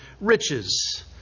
riches